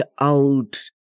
out